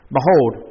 Behold